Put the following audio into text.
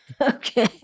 okay